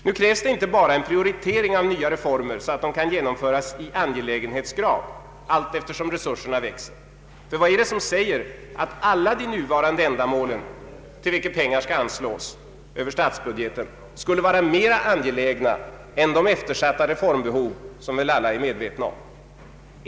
Nu krävs det inte bara en prioritering av nya reformer så att de kan genomföras i angelägenhetsgrad allteftersom resurserna växer. Vad är det som säger att alla de nuvarande ändamål, till vilka pengar anslås över statsbudgeten, skulle vara mer angelägna än de eftersatta reformbehov som väl alla är medvetna om?